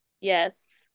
yes